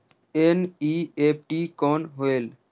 NEFT कौन होएल?